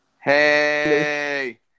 Hey